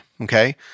Okay